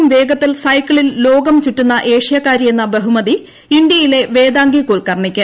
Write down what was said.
ഏറ്റവും വേഗത്തിൽ സൈക്കിളിൽ ലോകം ചുറ്റുന്ന ഏഷ്യാക്കാരിയെന്ന ബഹുമതി ഇന്തൃയിലെ വേദാംഗി കുൽക്കർണിയ്ക്ക്